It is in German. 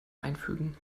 einfügen